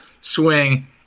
swing